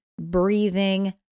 breathing